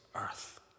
earth